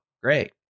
great